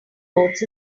roads